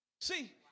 See